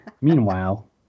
Meanwhile